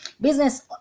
business